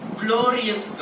glorious